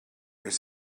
with